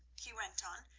he went on,